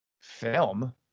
film